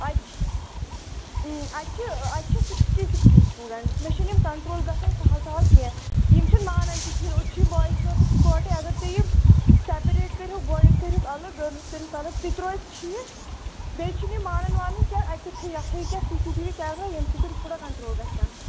اَتہِ چھُ اَتہِ چھُ سِکِسٹی سِکِسٹی سِٹوٗڈینٛٹٕس مےٚ چھِنہٕ یِم کَنٹرول گژھان سَہل سَہل کیٚنٛہہ یِم چھِنہٕ مانان تہِ کِہیٖنٛۍ ہوتہِ چھِ یِم باہِز گٔرلٕز اِکہٕ وَٹے اَگر تُہۍ یِم سیٚپیریٚٹ کَرۍہوۍکھ بایِز کٔرۍہوٗکھ اَلَگ گٔرلٕز کٔرۍہوٗکھ اَلگ تِتہِ روزِ ٹھیٖک بیٚیہِ چھِنہٕ یِم مانان وانان کیٚنٛہہ اَتہِ تہِ تھٲوِو اَتہِ تھٲوِو کیٚنٛہہ C C T V camera ییٚمہِ سٍتٮۍ تھوڑا کَنٹرول گژھن